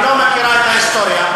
ולא מכירה את ההיסטוריה,